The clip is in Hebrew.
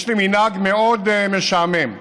יש לי מנהג מאוד משעמם: